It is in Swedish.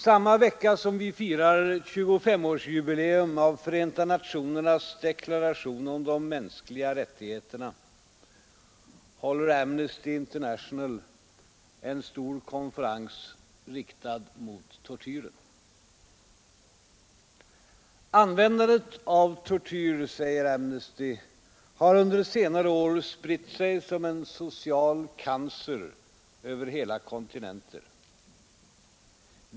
Samma vecka som vi firar 25-årsjubileet av Förenta nationernas deklaration om de mänskliga rättigheterna, håller Amnesty International en stor konferens riktad mot tortyren. Användandet av tortyr, säger Amnesty International, har under senare år spritt sig som en social cancer över hela kontinenter.